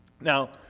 Now